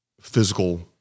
physical